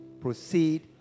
proceed